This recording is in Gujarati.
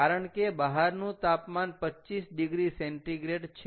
કારણ કે બહારનું તાપમાન 25॰ C છે